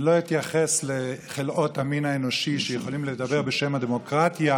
אני לא אתייחס לחלאות המין האנושי שיכולים לדבר בשם הדמוקרטיה